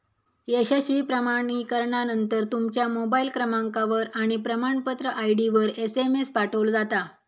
यशस्वी प्रमाणीकरणानंतर, तुमच्या मोबाईल क्रमांकावर आणि प्रमाणपत्र आय.डीवर एसएमएस पाठवलो जाता